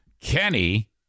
Kenny